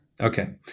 okay